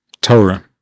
Torah